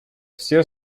все